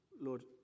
Lord